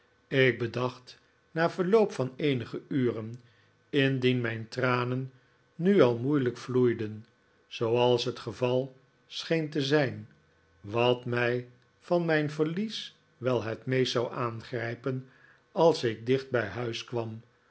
ik bedacht na verloop van eenige uren indien mijn tranen nu al moeilijk vloeiden zooals het geval scheen te zijn wat mij van mijn verlies wel het meest zou aangrijpen als ik dicht bij huis kwam